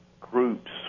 groups